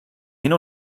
hin